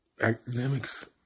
academics